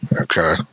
okay